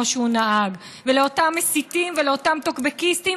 שהוא נהג ולאותם מסיתים ולאותם טוקבקיסטים.